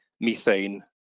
methane